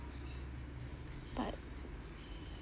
but